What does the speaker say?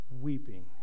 Weeping